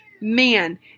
Man